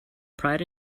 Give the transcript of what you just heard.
pride